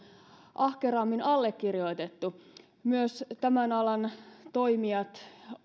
ahkerammin allekirjoitettu myös tämän alan toimijoilta